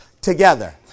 together